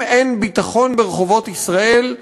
אם אין ביטחון ברחובות ישראל,